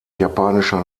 japanischer